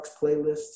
playlists